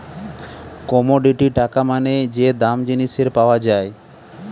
commodity টাকা মানে যে দাম জিনিসের পাওয়া যায়